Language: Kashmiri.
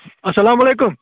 اَسلام علیکُم